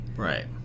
Right